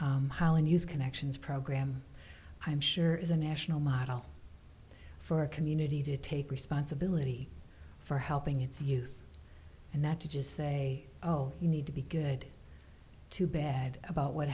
mentioned holland use connections program i'm sure is a national model for a community to take responsibility for helping it's youth and not to just say oh you need to be good too bad about what